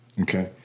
Okay